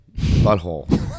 butthole